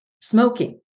smoking